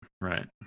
Right